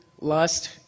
lust